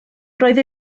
roedd